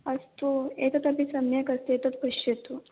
अस्तु एतदपि सम्यक् अस्ति एतत् पश्यतु